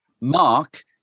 Mark